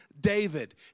David